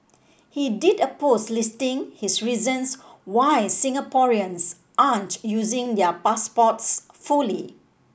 he did a post listing his reasons why Singaporeans aren't using their passports fully